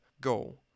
goal